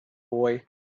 boy